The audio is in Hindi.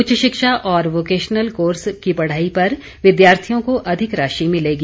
उच्च शिक्षा और वोकेशनल कोर्स की पढ़ाई पर विद्यार्थियों को अधिक राशि मिलेगी